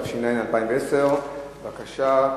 התש"ע 2010. בבקשה,